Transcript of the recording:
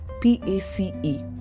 P-A-C-E